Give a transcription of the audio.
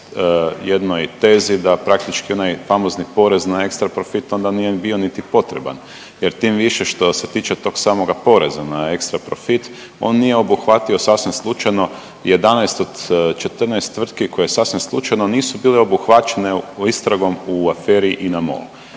jednoj tezi da praktički onaj famozni porez na ekstra profit onda nije bio niti potreban. Jer tim više što se tiče tog samoga poreza na ekstra profit on nije obuhvatio sasvim slučajno 11 od 14 tvrtki koje sasvim slučajno nisu bile obuhvaćene istragom u aferi INA-MOL.